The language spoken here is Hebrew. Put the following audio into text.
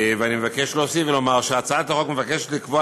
ואני מבקש להוסיף ולומר שהצעת החוק מבקשת לקבוע